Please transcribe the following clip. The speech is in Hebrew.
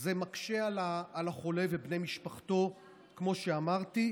מקשה על החולה ובני משפחתו, כמו שאמרתי.